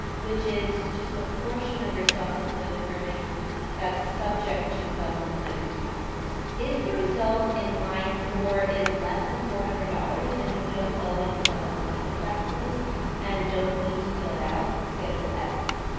which is just a portion of your self employment earnings that's subject to self employment taxes. if the result in line four is less than four hundred dollars, then you don't owe any self employment taxes and don't need to fill out schedule se.